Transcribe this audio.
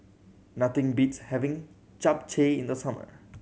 nothing beats having Japchae in the summer